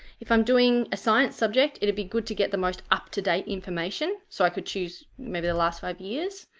if i'm doing a science subject it would be good to get the most up-to-date information so i could choose maybe the last five years,